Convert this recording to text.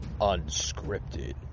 unscripted